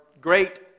great